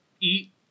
eat